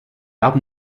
album